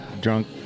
drunk